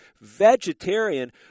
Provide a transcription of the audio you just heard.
Vegetarian